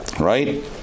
right